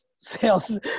sales